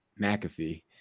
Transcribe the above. McAfee